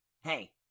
Hey